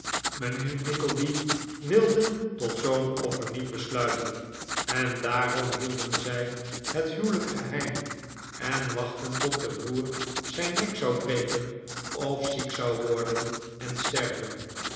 mijnheer nickleby wilde tot zoo'n offer niet besluiten en daarom hielden zij het huwelijk geheim en wachtten tot de broer zijn nek zou breken of ziek zou worden en sterven